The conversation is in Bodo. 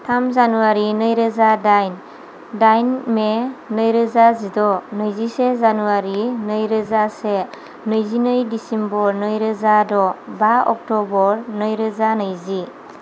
थाम जानुवारी नै रोजा डाइन डाइन मे नै रोजा जिद' नैजिसे जानुवारी नै रोजा से नैजिनै डिसेम्बर नैरोजा द' बा अक्ट'बर नै रोजा नैजि